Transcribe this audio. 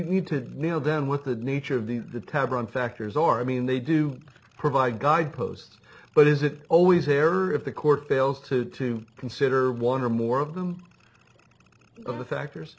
need to know then what the nature of the the cabin factors are i mean they do provide guidepost but is it always there or if the court fails to to consider one or more of them the factors